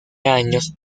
años